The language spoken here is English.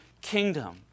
kingdom